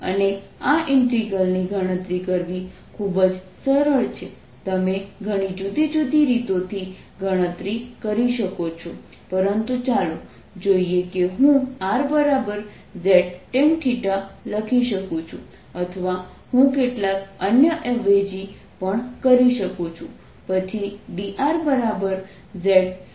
અને આ ઇન્ટિગ્રલ ની ગણતરી કરવી ખૂબ જ સરળ છે તમે ઘણી જુદી જુદી રીતો થી ગણતરી કરી શકો છો પરંતુ ચાલો જોઈએ કે હું rztanθ લખી શકું છું અથવા હું કેટલાક અન્ય અવેજી પણ કરી શકું પછી drzsec2θdθ બને છે